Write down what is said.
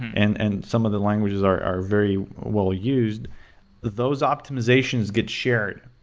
and and some of the languages are are very well-used. those optimizations get shared.